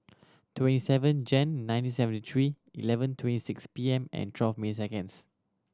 twenty seven Jan nineteen seventy three eleven twenty six P M and twelve minutes seconds